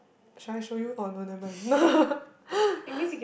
should I show you oh no nevermind